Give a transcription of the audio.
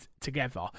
together